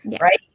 right